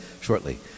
shortly